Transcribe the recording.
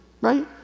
right